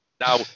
Now